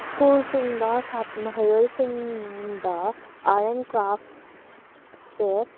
ꯁ꯭ꯀꯨꯜꯁꯤꯡꯗ ꯁꯥꯠ ꯃꯍꯩꯔꯣꯏꯁꯤꯡꯗ ꯑꯥꯔꯠ ꯑꯦꯟ ꯀ꯭ꯔꯥꯐ ꯁꯦ